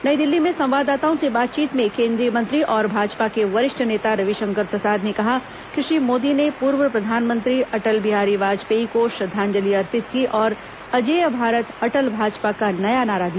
नई दिल्ली में संवाददाताओं से बातचीत में केंद्रीय मंत्री और भाजपा के वरिष्ठ नेता रविशंकर प्रसाद ने कहा कि श्री मोदी ने पूर्व प्रधानमंत्री अटल बिहारी वाजपेयी को श्रद्वांजलि अर्पित की और अजेय भारत अटल भाजपा का नया नारा दिया